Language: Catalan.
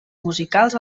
musicals